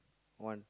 one